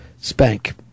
Spank